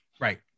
Right